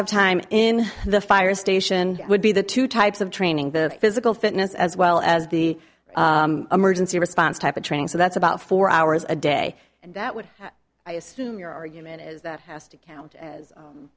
of time in the fire station would be the two types of training the physical fitness as well as the emergency response type of training so that's about four hours a day and that would i assume your argument is that has to count